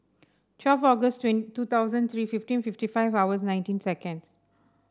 twelve August two thousand three fifteen fifty five hours nineteen seconds